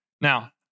Now